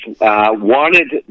wanted